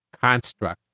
construct